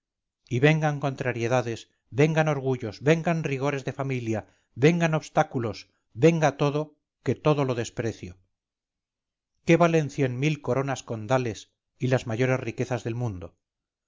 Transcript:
y vengan contrariedades vengan orgullos vengan rigores de familia vengan obstáculos venga todo que todo lo desprecio qué valen cien mil coronas condales y las mayores riquezas del mundo